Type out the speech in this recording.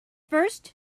first